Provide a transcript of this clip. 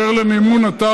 3. אשר למימון אתר